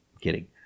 kidding